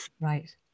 right